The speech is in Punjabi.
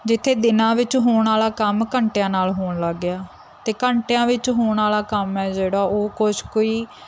ਜਿੱਥੇ ਦਿਨਾਂ ਵਿੱਚ ਹੋਣ ਵਾਲਾ ਕੰਮ ਘੰਟਿਆਂ ਨਾਲ ਹੋਣ ਲੱਗ ਗਿਆ ਅਤੇ ਘੰਟਿਆਂ ਵਿੱਚ ਹੋਣ ਵਾਲਾ ਕੰਮ ਹੈ ਜਿਹੜਾ ਉਹ ਕੁਛ ਕੋਈ